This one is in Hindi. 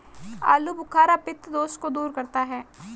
आलूबुखारा पित्त दोष को दूर करता है